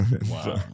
Wow